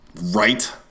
Right